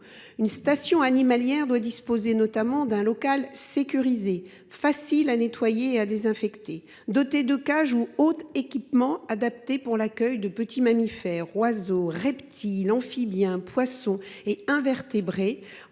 Une station animalière doit notamment disposer d’un local sécurisé, facile à nettoyer et à désinfecter, doté de cages ou autres équipements adaptés pour l’accueil de petits mammifères, oiseaux, reptiles, amphibiens, poissons et invertébrés,